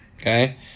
okay